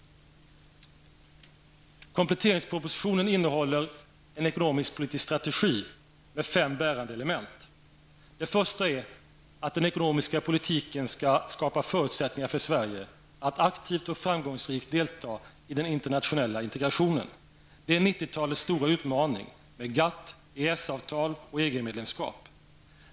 Kompletteringspropositionen innehåller en ekonomisk-politisk strategi med fem bärande element. Det första är att den ekonomiska politiken skall skapa förutsättningar för Sverige att aktivt och framgångsrikt delta i den internationella integrationen. Det är 1990-talets stora utmaning med GATT, EES-avtal och EG-medlemskap.